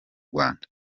rwanda